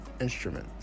instrument